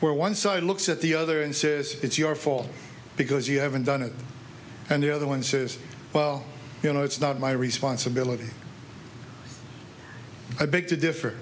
where one side looks at the other and says it's your fault because you haven't done it and the other one says well you know it's not my responsibility a big to differ